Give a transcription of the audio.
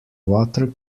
water